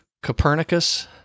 Copernicus